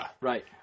right